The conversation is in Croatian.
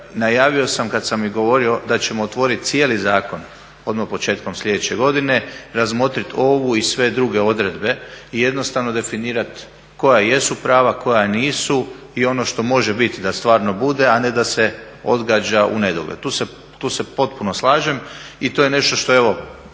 najavio sam kada sam govorio da ćemo otvoriti cijeli zakon odmah početkom sljedeće godine, razmotriti ovu i sve druge odredbe i jednostavno definirati koja jesu prava, koja nisu i ono što može biti da stvarno bude, a ne da se odgađa u nedogled. Tu se potpuno slažem i to je nešto što evo već